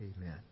Amen